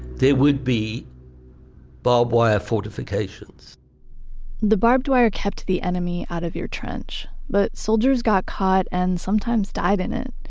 there would be barbed wire fortifications the barbed wire kept the enemy out of your trench, but soldiers got caught and sometimes died in it.